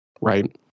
Right